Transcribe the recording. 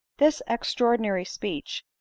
this extraordinary speech,